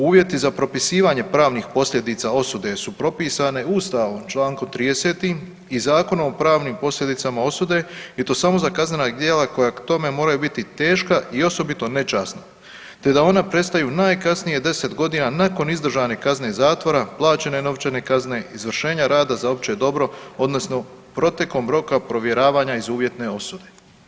Uvjeti za propisivanje pravnih posljedica osude su propisane Ustavom, čl. 30 i Zakonom o pravnim posljedicama osude i to samo za kaznena djela koja k tome, moraju biti teška i osobito nečasna te da ona predstavljaju najkasnije 10 godina nakon izdržane kazne zatvora, plaćene novčane kazne, izvršenja rada za opće dobro, odnosno protekom roka provjeravanja iz uvjetne osude.